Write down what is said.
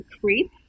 creep